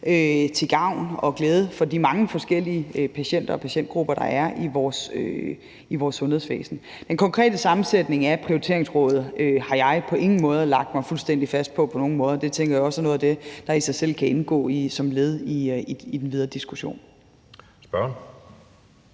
til gavn og glæde for de mange forskellige patienter og patientgrupper, der er i vores sundhedsvæsen. Den konkrete sammensætning af prioriteringsrådet har jeg på ingen måder lagt mig fuldstændig fast på, og jeg tænker også, det er noget af det, der i sig selv kan indgå som et led i den videre diskussion. Kl.